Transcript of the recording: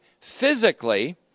physically